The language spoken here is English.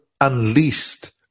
unleashed